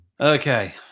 Okay